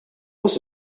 was